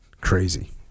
Crazy